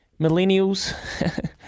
millennials